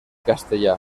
castellà